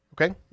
Okay